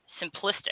simplistic